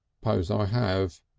suppose i have,